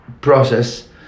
process